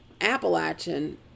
Appalachian